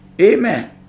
Amen